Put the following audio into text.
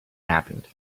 happened